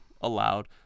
allowed